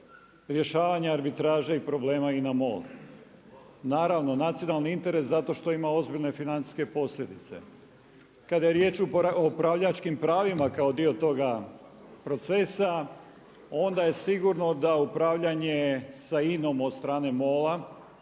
rješavanja arbitraže i problema INA MOL. Naravno nacionalni interes zato što ima ozbiljne financijske posljedice. Kada je riječ o upravljačkim pravima kao dio toga procesa onda je sigurno da upravljanje sa INA-om od strane MOL-a